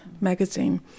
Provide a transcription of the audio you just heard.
magazine